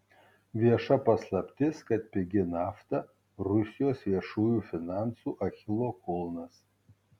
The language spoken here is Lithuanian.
vieša paslaptis kad pigi nafta rusijos viešųjų finansų achilo kulnas